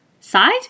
side